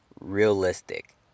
realistic